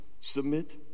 submit